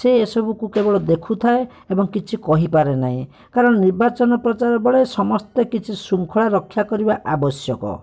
ସେ ଏସବୁକୁ କେବଳ ଦେଖୁଥାଏ ଏବଂ କିଛି କହିପାରେ ନାହିଁ କାରଣ ନିର୍ବାଚନ ପ୍ରଚାର ବେଳେ ସମସ୍ତେ କିଛି ଶୃଙ୍ଖଳା ରକ୍ଷା କରିବା ଆବଶ୍ୟକ